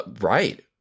right